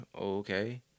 Okay